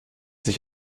sich